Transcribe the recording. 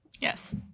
Yes